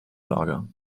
lager